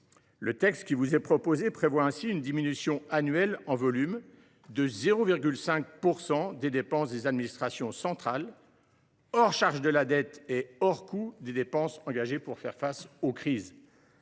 Le texte qui vous est proposé prévoit ainsi une diminution annuelle en volume de 0,5 % des dépenses des administrations centrales, hors charge de la dette et hors coût des dépenses engagées pour faire face aux crises.